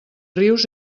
rius